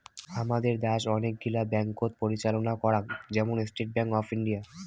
হামাদের দ্যাশ অনেক গিলা ব্যাঙ্ককোত পরিচালনা করাং, যেমন স্টেট ব্যাঙ্ক অফ ইন্ডিয়া